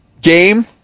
game